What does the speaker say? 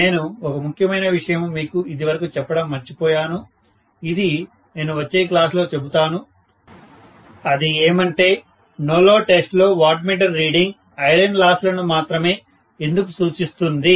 నేను ఒక ముఖ్యమైన విషయము మీకు ఇది వరకు చెప్పడము మర్చిపోయాను అది నేను వచ్చే క్లాస్ లో చెబుతాను అది ఏమంటే నో లోడ్ టెస్ట్ లో watt meter reading iron loss లను మాత్రమే ఎందుకు సూచిస్తుంది